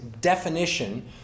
definition